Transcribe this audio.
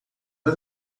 ver